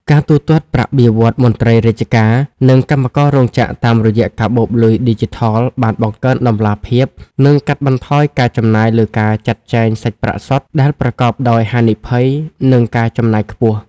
ការទូទាត់ប្រាក់បៀវត្សរ៍មន្ត្រីរាជការ និងកម្មកររោងចក្រតាមរយៈកាបូបលុយឌីជីថល បានបង្កើនតម្លាភាព និងកាត់បន្ថយការចំណាយលើការចាត់ចែងសាច់ប្រាក់សុទ្ធដែលប្រកបដោយហានិភ័យ និងការចំណាយខ្ពស់។